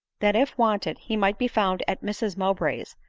that if wanted, he might be found at mrs mowbray's,